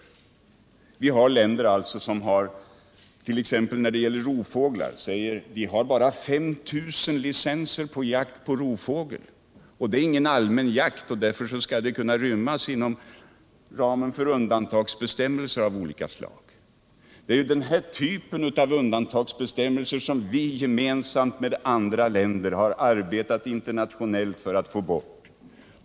När det t.ex. gäller rovfåglar finns det länder som säger: Vi har bara 5 000 licenser för jakt på rovfågel, och det innebär inte allmän jakt och därför kan det rymmas inom ramen för undantagsbestämmelser av olika slag. Men det är ju just den typen av undantagsbestämmelser som vi internationellt tillsammans med andra länder har arbetat för att få bort!